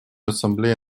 ассамблея